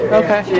okay